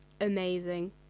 amazing